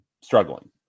struggling